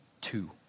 two